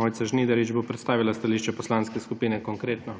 Mojca Žnidarič bo predstavila stališče Poslanske skupine Konkretno.